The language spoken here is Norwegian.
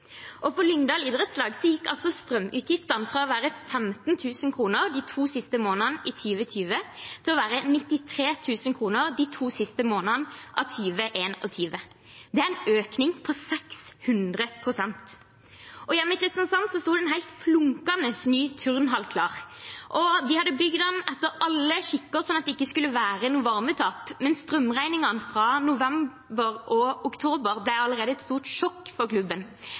Lyngdal idrettslag gikk strømutgiftene fra å være 15 000 kr de to siste månedene i 2020 til å være 93 000 kr de to siste månedene av 2021. Det er en økning på 600 pst. Hjemme i Kristiansand sto det en flunkende ny turnhall klar. De har bygget den etter alle skikker, slik at de ikke skulle være noe varmetap, men strømregningene for november og oktober ble allerede et stort sjokk for klubben.